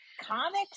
comics